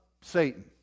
Satan